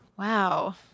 Wow